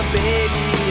baby